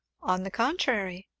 on the contrary.